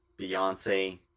Beyonce